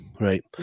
right